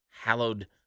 Hallowed